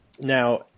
Now